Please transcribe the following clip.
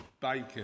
bacon